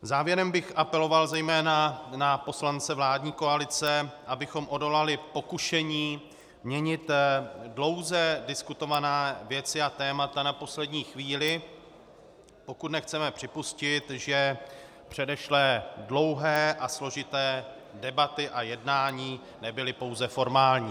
Závěrem bych apeloval zejména na poslance vládní koalice, abychom odolali pokušení měnit dlouze diskutované věci a témata na poslední chvíli, pokud nechceme připustit, že předešlé dlouhé a složité debaty a jednání nebyly pouze formální.